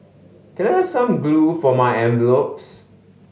can I have some glue for my envelopes